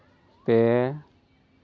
ᱯᱮ